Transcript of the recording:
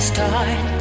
Start